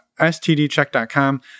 stdcheck.com